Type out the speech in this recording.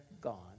gone